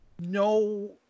no